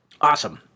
Awesome